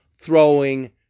throwing